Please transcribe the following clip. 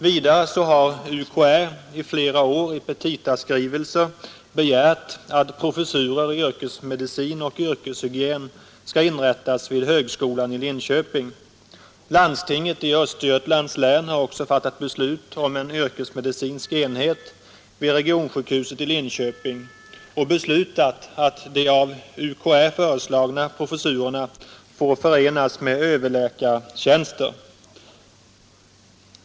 Vidare har UKÄ i flera år i petitaskrivelser begärt att professurer i yrkesmedicin och yrkeshygien skall inrättas vid högskolan i Linköping. Landstinget i Östergötlands län har också fattat beslut om en yrkesmedicinsk enhet vid regionsjukhuset i Linköping och beslutat att de av UKÄ föreslagna professurerna får förenas med överläkartjänster.